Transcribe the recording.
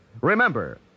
Remember